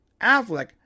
Affleck